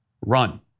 Run